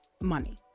money